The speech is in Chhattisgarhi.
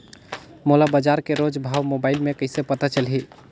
मोला बजार के रोज भाव मोबाइल मे कइसे पता चलही?